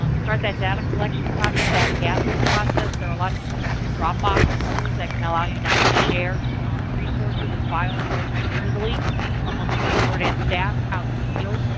um start that data collection process, data gathering process. there are a lot of tools such as dropbox and others that can allow you now to but share resources and files relatively easily amongst both board and staff out in the field.